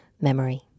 memory